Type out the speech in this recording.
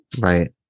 Right